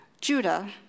Judah